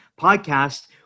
podcast